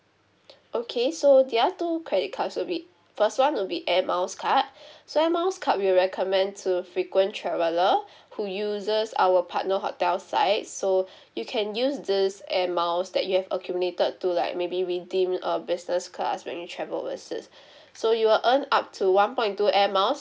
okay so the other two credit cards will be first one will be air miles card so air miles card we recommend to frequent traveller who uses our partner hotel sites so you can use this air miles that you have accumulated to like maybe redeem a business class when you travel overseas so you will earn up to one point two air miles